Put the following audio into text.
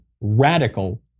radical